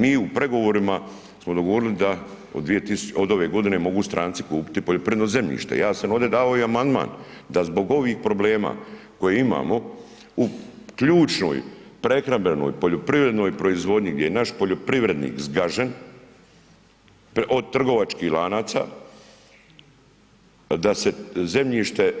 Mi u pregovorima smo dogovorili da od ove godine mogu stranci kupiti poljoprivredno zemljište, ja sam ovdje davao i amandman da zbog ovih problema koje imamo u ključnoj prehrambenoj, poljoprivrednoj proizvodnji gdje je naš poljoprivrednik zgažen od trgovačkih lanaca da se